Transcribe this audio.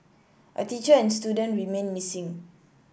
a teacher and student remain missing